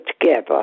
together